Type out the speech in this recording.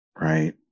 right